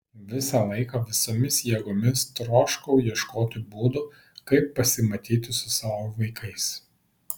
visą laiką visomis jėgomis troškau ieškoti būdų kaip pasimatyti su savo vaikais